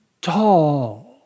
tall